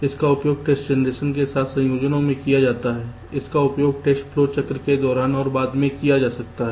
इसका उपयोग test generation के साथ संयोजन में किया जाता है इसका उपयोग टेस्ट फ्लो चक्र के दौरान और बाद में किया जा सकता है